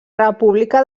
república